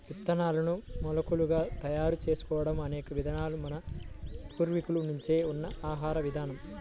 విత్తనాలను మొలకలుగా తయారు చేసుకోవడం అనే విధానం మన పూర్వీకుల నుంచే ఉన్న ఆహార విధానం